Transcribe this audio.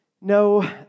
No